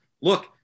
Look